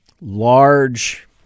large